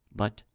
but,